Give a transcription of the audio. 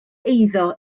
eiddo